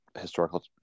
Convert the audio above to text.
historical